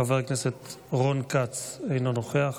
חבר הכנסת רון כץ, אינו נוכח,